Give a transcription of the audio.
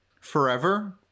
Forever